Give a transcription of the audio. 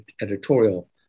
editorial